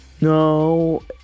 No